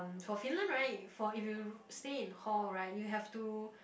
for Finland right for if you stay in hall right you have to